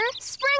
Spring